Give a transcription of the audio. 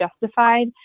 justified